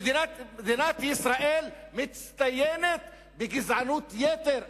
מדינת ישראל מצטיינת בגזענות יתר.